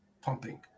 pumping